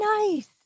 Nice